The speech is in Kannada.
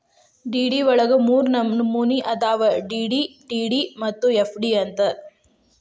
ಡಿ.ಡಿ ವಳಗ ಮೂರ್ನಮ್ನಿ ಅದಾವು ಡಿ.ಡಿ, ಟಿ.ಡಿ ಮತ್ತ ಎಫ್.ಡಿ ಅಂತ್